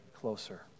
closer